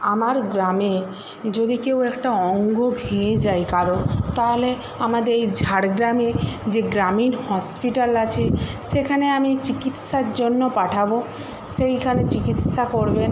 আমার গ্রামে যদি কেউ একটা অঙ্গ ভেঙে যায় কারোর তাহলে আমাদের এই ঝাড়গ্রামে যে গ্রামীণ হসপিটাল আছে সেখানে আমি চিকিৎসার জন্য পাঠাবো সেইখানে চিকিৎসা করবেন